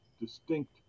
distinct